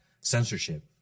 censorship